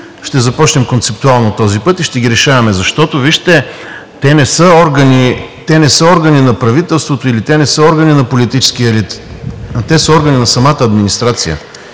ще започнем концептуално този път и ще ги решаваме. Защото, вижте, те не са органи на правителството или те не са органи на политическия елит, а те са органи на самата администрация.